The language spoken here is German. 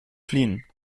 fliehen